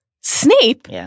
Snape